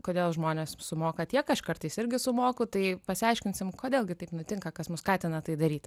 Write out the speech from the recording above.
kodėl žmonės sumoka tiek aš kartais irgi sumoku tai pasiaiškinsim kodėl gi taip nutinka kas mus skatina tai daryti